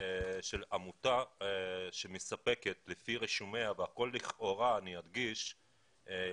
של עמותה שסיפקה - והכול לכאורה ואני מדגיש זאת,